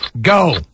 Go